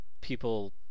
people